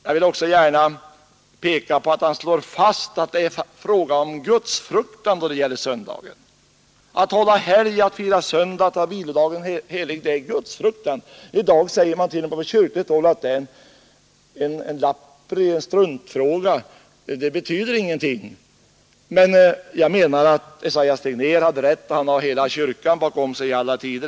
Jag vill också gärna peka på att han slår fast att det är fråga om gudsfruktan då det gäller söndagen. Att hålla helg, att fira söndag, att äger man t.o.m. på hålla vilodagen helig, det är gudsfruktan! I dag kyrkligt håll att det är lappri, att det är en struntfråga och inte betyder någonting. Men jag menar att Esaias Tegnér hade rätt — och han har hela kyrkan i alla tider bakom sig.